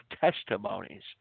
testimonies